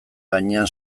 gainean